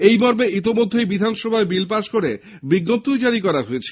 এই মর্মে ইতিমধ্যেই বিধানসভায় বিল পাশ করে বিজ্ঞপ্তি জারি করা হয়েছে